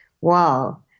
Wow